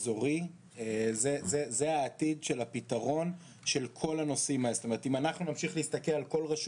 עליהם גם בקול קורא הזה של כניסה למאיץ היה מחויבות של הרשות